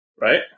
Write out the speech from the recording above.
right